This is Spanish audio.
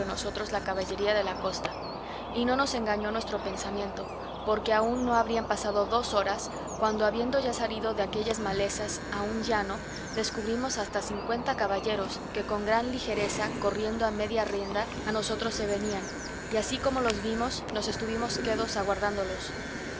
nosotros la caballería de la costa y no nos engañó nuestro pensamiento porque aún no habrían pasado dos horas cuando habiendo ya salido de aquellas malezas a un llano descubrimos hasta cincuenta caballeros que con gran ligereza corriendo a media rienda a nosotros se venían y así como los vimos nos estuvimos quedos aguardándolos